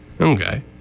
Okay